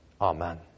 Amen